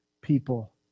people